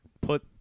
put